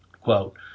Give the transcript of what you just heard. quote